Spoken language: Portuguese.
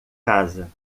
casa